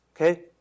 okay